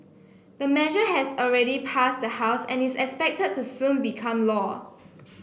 the measure has already passed the House and is expected to soon become law